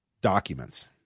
documents